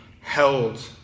held